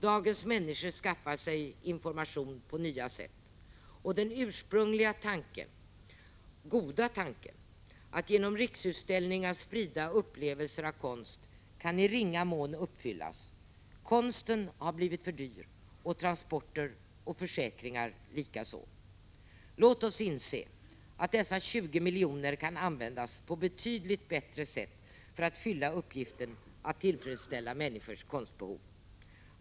Dagens människor skaffar sig information på nya sätt. Den ursprungligen goda tanken att genom Riksutställningar sprida upplevelser av konst kan i ringa mån uppfyllas — konsten har blivit för dyr, transporter och försäkringar likaså. Låt oss inse att dessa 20 miljoner kan användas på betydligt bättre sätt för att fylla uppgiften att tillfredsställa människors konstbehov.